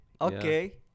Okay